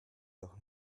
doch